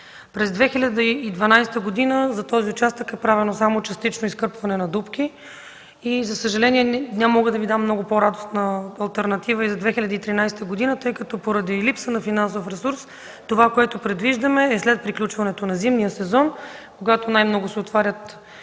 През 2012 г. за този участък е правено само частично изкърпване на дупки и, за съжаление, не мога да Ви дам много по-радостна алтернатива и за 2013 г., тъй като поради липса на финансов ресурс, това, което предвиждаме, е след приключването на зимния сезон, когато най-много се отварят вече и